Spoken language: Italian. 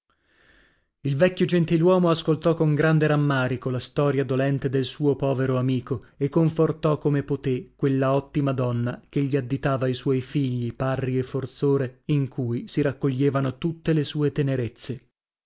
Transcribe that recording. il vecchio gentiluomo ascoltò con grande rammarico la storia dolente del suo povero amico e confortò come potè quella ottima donna che gli additava i suoi figli parri e forzore in cui si raccoglievano tutte le sue tenerezze